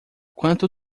quanto